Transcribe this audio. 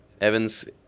Evans